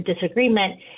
disagreement